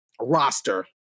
roster